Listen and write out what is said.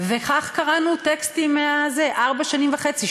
כך קראנו טקסטים ארבע שנים וחצי,